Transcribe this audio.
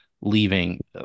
leaving